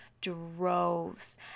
droves